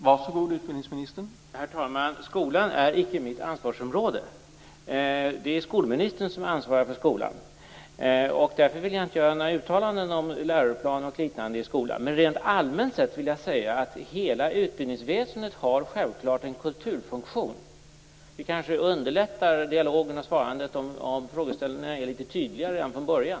Herr talman! Skolan är icke mitt ansvarsområde. Det är skolministern som ansvarar för skolan. Därför vill jag inte göra några uttalanden om läroplan och liknande i skolan. Rent allmänt vill jag säga att hela utbildningsväsendet självklart har en kulturfunktion. Det kanske underlättar dialogen och svarandet om frågeställaren är litet tydligare redan från början.